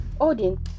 Odin